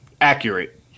accurate